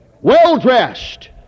well-dressed